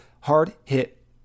hard-hit